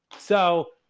so,